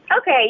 Okay